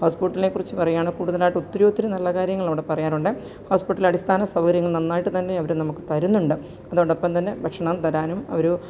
house ബോട്ടിനെ കുറിച്ചു പറയുവാണെ കൂടുതലായിട്ട് ഒത്തിരി ഒത്തിരി നല്ല കാര്യങ്ങൾ അവിടെ പറയാനുണ്ട് ഹൗസ് ബോട്ടിൽ അടിസ്ഥാന സൗകര്യങ്ങൾ നന്നായിട്ട് തന്നെ അവർ നമുക്ക് തരുന്നുണ്ട് അതോടൊപ്പം തന്നെ ഭക്ഷണം തരാനും അവർ ഒത്തിരി